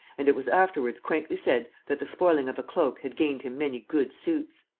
and it was afterwards quaintly said that the spoiling of a cloak had gained him many good suits.